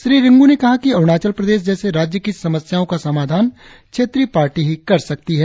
श्री रिंगु ने कहा कि अरुणाचल प्रदेश जैसे राज्य की समस्याओं का समाधान क्षेत्रीय पार्टी ही कर सकती है